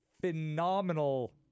phenomenal